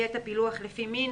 יהיה את הפילוח לפי מין,